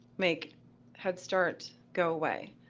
make head start go away.